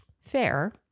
Fair